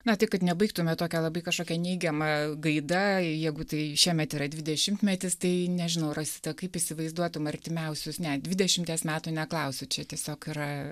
na tai kad nebaigtume tokia labai kažkokia neigiama gaida jeigu tai šiemet yra dvidešimtmetis tai nežinau rasita kaip įsivaizduotum artimiausius ne dvidešimties metų neklausiu čia tiesiog yra